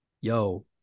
yo